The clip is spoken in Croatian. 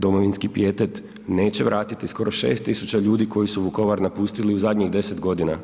Domovinski pijetet neće vratiti skoro 6.000 ljudi koji su Vukovar napustili u zadnjih 10 godina.